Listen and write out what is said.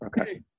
Okay